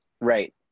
Right